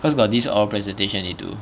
cause got this oral presentation you need do